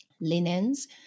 linens